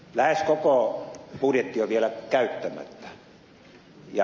lähes koko budjetti on vielä käyttämättä